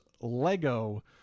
lego